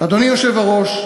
אדוני היושב-ראש,